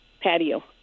patio